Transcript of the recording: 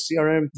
CRM